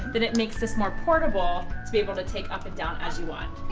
then it makes this more portable to be able to take up and down as you want.